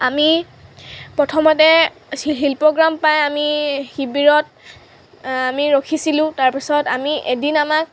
আমি প্ৰথমতে শিল্পগ্ৰাম পাই আমি শিবিৰত আমি ৰখিছিলোঁ তাৰপিছত আমি এদিন আমাক